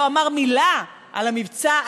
לא אמר מילה על המבצע,